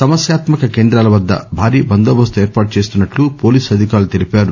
సమస్మాత్మక కేంద్రాల వద్ద భారీ బందోబస్తు ఏర్పాటు చేస్తున్నట్లు పోలీసు అధికారులు తెలీపారు